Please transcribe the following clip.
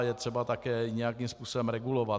Je třeba ji také nějakým způsobem regulovat.